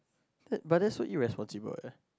that but that is so irresponsible eh